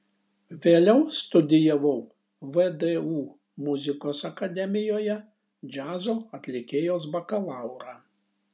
vėliau studijavau vdu muzikos akademijoje džiazo atlikėjos bakalaurą